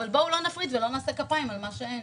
אבל בואו לא נפריד ולא נמחא כפיים על מה שאין.